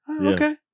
Okay